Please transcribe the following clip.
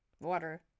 Water